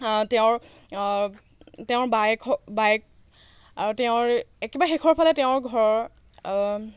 তেওঁৰ তেওঁৰ বায়েক বায়েক আৰু তেওঁৰ একেবাৰে শেষৰফালে তেওঁৰ ঘৰ